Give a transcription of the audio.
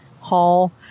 hall